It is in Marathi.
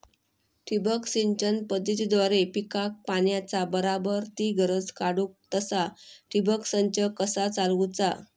ठिबक सिंचन पद्धतीद्वारे पिकाक पाण्याचा बराबर ती गरज काडूक तसा ठिबक संच कसा चालवुचा?